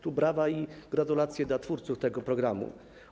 Tu brawa i gratulacje dla twórców tego programu.